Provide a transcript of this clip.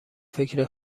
فکر